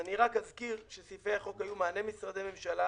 אני רק אזכיר שסעיפי החוק היו מענה משרדי ממשלה